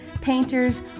painters